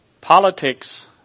politics